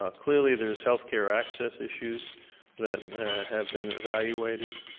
ah clearly there's healthcare access issues that have been evaluated.